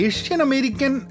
Asian-American